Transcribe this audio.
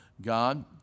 God